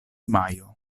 majo